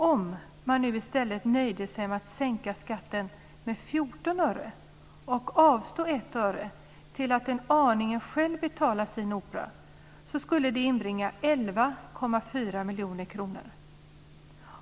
Om man nu i stället nöjde sig med att sänka skatten med 14 öre och avstod 1 öre till att aningen själv betala sin opera skulle det inbringa 11,4 miljoner kronor.